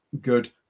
good